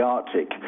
Arctic